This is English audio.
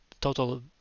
total